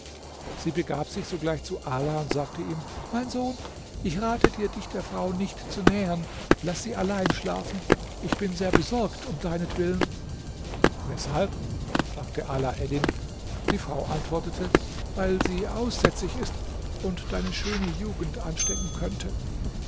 sie begab sich sogleich zu ala und sagte ihm mein sohn ich rate dir dich der frau nicht zu nähern laß sie allein schlafen ich bin sehr besorgt um deinetwillen weshalb fragte ala eddin die frau antwortete weil sie aussätzig ist und deine schöne jugend anstecken könnte